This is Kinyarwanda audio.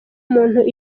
muntu